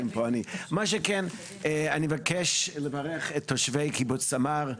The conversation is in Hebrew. אני מבקש לברך את תושבי קיבוץ סמר,